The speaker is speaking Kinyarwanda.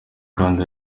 kandi